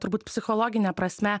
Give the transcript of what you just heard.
turbūt psichologine prasme